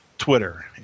Twitter